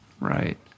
right